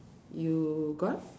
you got